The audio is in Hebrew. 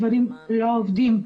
דברים לא עובדים.